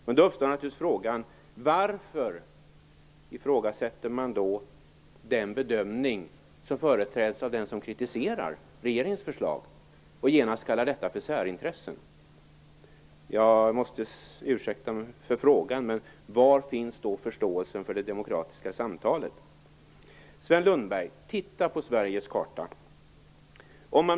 Men då uppträder naturligtvis frågan: Varför ifrågasätter man då den bedömning som företräds av den som kritiserar regeringens förslag och genast kallar detta för särintressen? Jag måste be om ursäkt för min fråga: Men var finns då förståelsen för de demokratiska samtalen? Sven Lundberg! Titta på Sveriges karta!